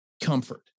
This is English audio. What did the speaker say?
comfort